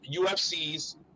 UFC's